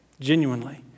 genuinely